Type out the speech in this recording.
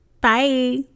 Bye